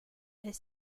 est